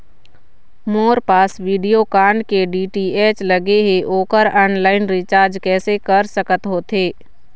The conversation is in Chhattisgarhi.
मोर पास वीडियोकॉन के डी.टी.एच लगे हे, ओकर ऑनलाइन रिचार्ज कैसे कर सकत होथे?